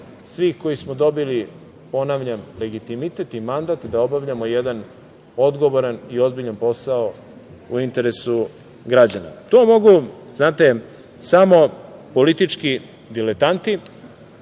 svih koji smo dobili, ponavljam, legitimitet i mandat da obavljamo jedan odgovoran i ozbiljan posao u interesu građana. To mogu, znate, samo politički diletanti